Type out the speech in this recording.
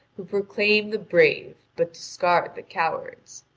who proclaim the brave, but discard the cowards.